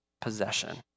possession